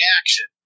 action